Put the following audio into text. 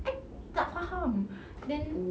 I tak faham then